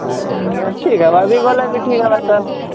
ନାଇଁ ଆଜ୍ଞାଁ ଠିକ୍ ହେବା ବି ଗଲେ ବି ଠିକ୍ ହେବା ସାର୍